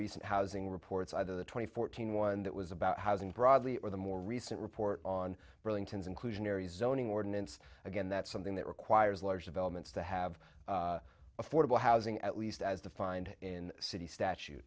recent housing reports either the twenty fourteen one that was about housing broadly or the more recent report on burlington's inclusionary zoning ordinance again that's something that requires large developments to have affordable housing at least as defined in city statute